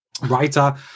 Writer